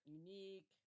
unique